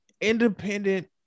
independent